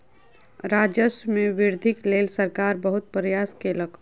राजस्व मे वृद्धिक लेल सरकार बहुत प्रयास केलक